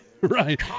right